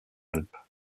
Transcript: alpes